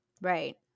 Right